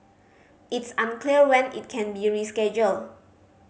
it's unclear when it can be rescheduled